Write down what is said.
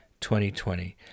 2020